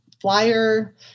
flyer